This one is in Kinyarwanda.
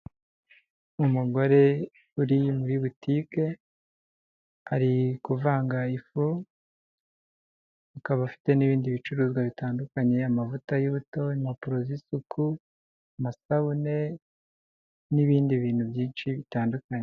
Umugore uri muri butike ari kuvanga ifu, akaba afite n'ibindi bicuruzwa bitandukanye amavuta y'ubuto, impapuro z'isuku, amasabune n'ibindi bintu byinshi bitandukanye.